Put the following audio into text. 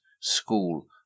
school